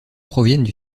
proviennent